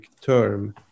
term